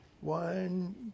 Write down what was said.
One